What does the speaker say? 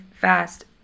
fast